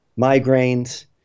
migraines